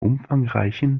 umfangreichen